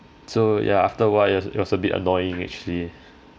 so ya after awhile it was it was a bit annoying actually